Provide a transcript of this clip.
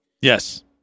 Yes